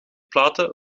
platen